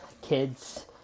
kids